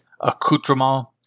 accoutrement